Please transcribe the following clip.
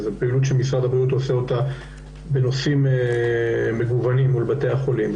והפעילות שמשרד הבריאות עושה אותה בנושאים מגוונים מול בבתי החולים,